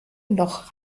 noch